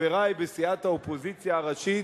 חברי בסיעת האופוזיציה הראשית,